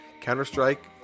Counter-Strike